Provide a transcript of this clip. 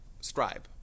scribe